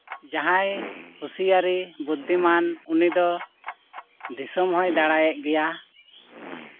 ᱡᱟᱦᱟᱸᱭ ᱦᱩᱸᱥᱤᱭᱟᱨᱤ ᱵᱩᱫᱽᱫᱷᱤᱢᱟᱱ ᱩᱱᱤ ᱫᱚ ᱫᱤᱥᱚᱢ ᱦᱚᱸᱭ ᱫᱟᱬᱟᱭᱮᱫ ᱜᱮᱭᱟ